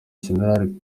gen